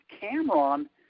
Cameron